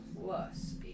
plus